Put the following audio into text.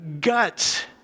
guts